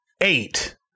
eight